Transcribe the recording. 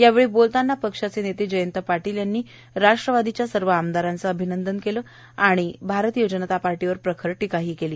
यावेळी बोलताना पक्षाचे वेते जयंत पावेल यांनी राष्ट्रवादीच्या सर्व आमदारांचं अभिवंदव केलं आणि भारतीय जवता पार्टीवर प्रखर टीका केली